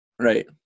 right